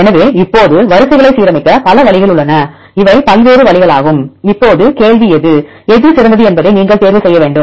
எனவே இப்போது வரிசைகளை சீரமைக்க பல வழிகள் உள்ளன இவை பல்வேறு வழிகளாகும் இப்போது கேள்வி எது எது சிறந்தது என்பதை நீங்கள் தேர்வு செய்ய வேண்டும்